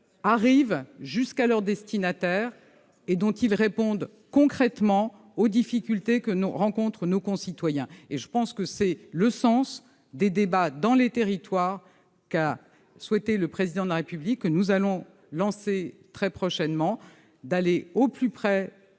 reçus par leurs destinataires et s'ils répondent concrètement aux difficultés que rencontrent nos concitoyens. C'est le sens des débats dans les territoires, souhaités par le Président de la République, que nous allons lancer très prochainement : aller au plus près